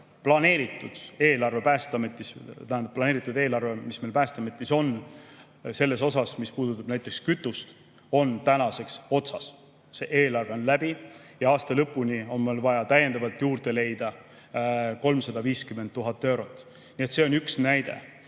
planeeritud eelarve, mis meil Päästeametis on, selles osas, mis puudutab näiteks kütust, on tänaseks otsas. See [raha] on läbi ja aasta lõpuni on meil vaja täiendavalt juurde leida 350 000 eurot. Nii et see on üks näide.